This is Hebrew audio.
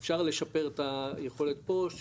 אפשר לשפר את היכולת פה,